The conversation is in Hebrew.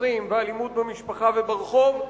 לסכסוכים ואלימות במשפחה וברחוב,